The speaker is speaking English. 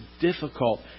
difficult